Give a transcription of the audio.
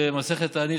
במסכת תענית,